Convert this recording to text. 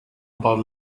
about